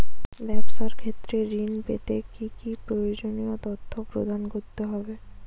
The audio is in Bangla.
ব্যাবসা ক্ষেত্রে ঋণ পেতে কি কি প্রয়োজনীয় তথ্য প্রদান করতে হবে?